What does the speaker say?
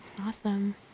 awesome